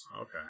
Okay